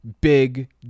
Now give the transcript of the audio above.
Big